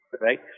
right